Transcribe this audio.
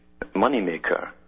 moneymaker